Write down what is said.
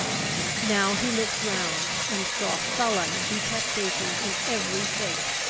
now he looked round, and saw sullen detestation in every face,